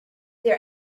their